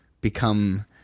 become